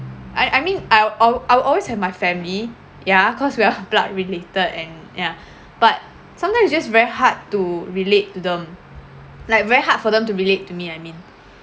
I I mean I'll I'll I'll always have my family ya cause we're all blood related and ya but sometimes it's just very hard to relate to them like very hard for them to relate to me I mean